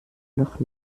noch